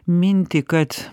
mintį kad